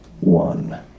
One